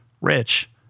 Rich